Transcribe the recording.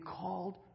called